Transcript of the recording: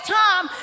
time